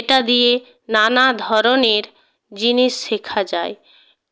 এটা দিয়ে নানা ধরনের জিনিস শেখা যায়